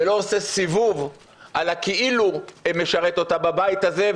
ולא עושה סיבוב על הכאילו משרת אותה בבית הזה,